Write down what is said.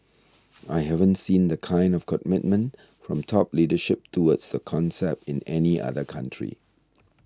I haven't seen the kind of commitment from top leadership towards the concept in any other country